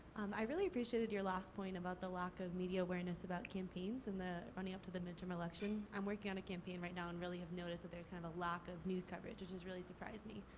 i really appreciated your last point about the lack of media awareness about campaigns and running up to the midterm election. i'm working on a campaign right now and really have noticed that there's kind of a lack of news coverage. it just really surprised me.